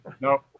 no